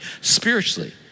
spiritually